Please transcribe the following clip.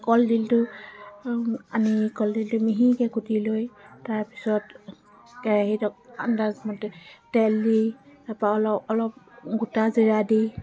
কলদিলটো আনি কলদিলটো মিহিকৈ কুটি লৈ তাৰপিছত কেৰাহীত আন্দাজমতে তেল দি তাৰপৰা অলপ অলপ গোটা জিৰা দি